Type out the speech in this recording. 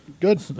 Good